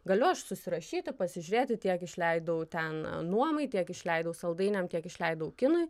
galiu aš susirašyti pasižiūrėti tiek išleidau ten nuomai tiek išleidau saldainiam tiek išleidau kinui